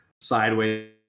sideways